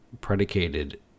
predicated